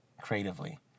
creatively